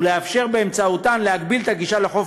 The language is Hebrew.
ולאפשר באמצעותן להגביל את הגישה לחוף